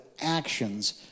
actions